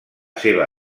seva